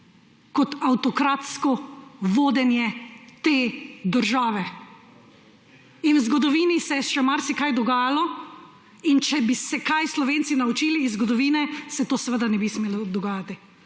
kot avtokratsko vodenje te države? V zgodovini se je še marsikaj dogajalo in če bi se kaj Slovenci naučili iz zgodovine, se to seveda ne bi smelo dogajati.